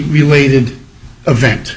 related event